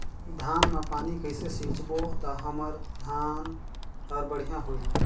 धान मा पानी कइसे सिंचबो ता हमर धन हर बढ़िया होही?